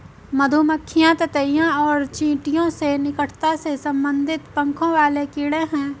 मधुमक्खियां ततैया और चींटियों से निकटता से संबंधित पंखों वाले कीड़े हैं